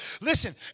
Listen